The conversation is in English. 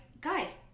guys